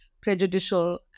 prejudicial